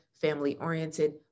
family-oriented